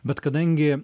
bet kadangi